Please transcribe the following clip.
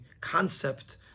concept